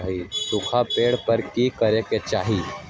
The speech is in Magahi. सूखा पड़े पर की करे के चाहि